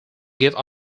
give